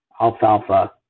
alfalfa